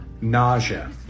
nausea